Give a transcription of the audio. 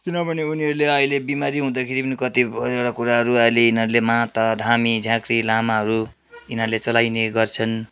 किनभने उनीहरूले अहिले बिमारी हुँदाखेरि पनि कतिपय कुराहरू अहिले यिनीहरूले माता धामी झाँक्री लामाहरू यिनीहरूले चलाइने गर्छन्